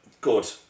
Good